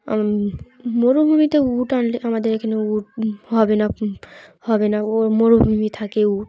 মরুভূমিতে উট আনলে আমাদের এখানে উট হবে না হবে না ও মরুভূমি থাকে উট